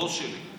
הבוס שלי,